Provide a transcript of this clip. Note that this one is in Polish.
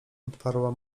odparła